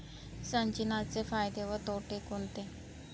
सिंचनाचे फायदे व तोटे कोणते आहेत?